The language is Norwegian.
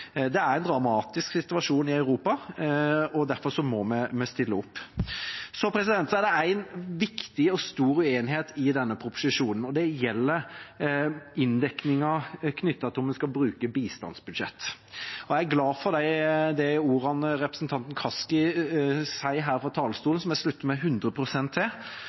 Det er en dramatisk situasjon i Europa, og derfor må vi stille opp. Videre er det en viktig og stor uenighet i denne proposisjonen. Det gjelder inndekningen knyttet til om vi skal bruke av bistandsbudsjettet. Jeg er glad for de ordene representanten Kaski hadde her fra talerstolen, og som jeg slutter meg 100 pst. til.